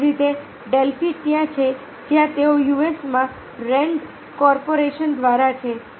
તેવી જ રીતે ડેલ્ફી ત્યાં છે જ્યાં તે યુએસએમાં રેન્ડ કોર્પોરેશન દ્વારા છે